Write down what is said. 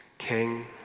King